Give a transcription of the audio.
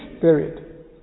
period